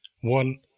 one